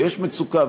ויש מצוקה,